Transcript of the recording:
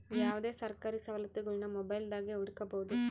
ಯಾವುದೇ ಸರ್ಕಾರಿ ಸವಲತ್ತುಗುಳ್ನ ಮೊಬೈಲ್ದಾಗೆ ಹುಡುಕಬೊದು